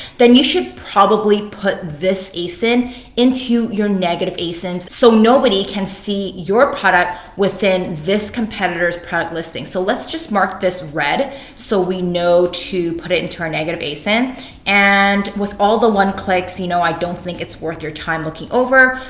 then you should probably put this asin into your negative asins so nobody can see your product within this competitors product listing. so let's just mark this red so we know to put it into our negative asins and with all of the one clicks, you know i don't think it's worth your time looking over.